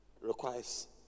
requires